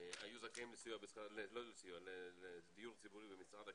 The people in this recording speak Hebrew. היו זכאים לדיור ציבורי במשרד הקליטה,